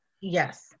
yes